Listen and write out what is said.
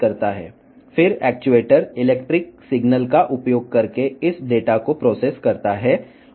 actuator ఈ డేటాను electrical signals ఉపయోగించి ప్రాసెస్ చేసి తగిన చర్య తీసుకుంటుంది